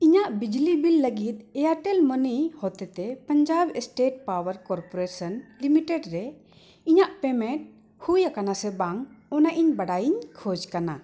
ᱤᱧᱟᱹᱜ ᱵᱤᱡᱽᱞᱤ ᱵᱤᱞ ᱞᱟᱹᱜᱤᱫ ᱮᱭᱟᱨᱴᱮᱞ ᱢᱟᱹᱱᱤ ᱦᱚᱛᱮ ᱛᱮ Punjab state power corporation limited ᱨᱮ ᱤᱧᱟᱹᱜ ᱯᱮᱢᱮᱱᱴ ᱦᱩᱭ ᱟᱠᱟᱱᱟ ᱥᱮ ᱵᱟᱝ ᱚᱱᱟ ᱤᱧ ᱵᱟᱰᱟᱭᱤᱧ ᱠᱷᱚᱡᱽ ᱠᱟᱱᱟ